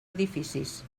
edificis